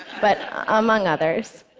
but among others.